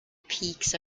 peaks